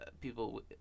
people